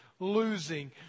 Losing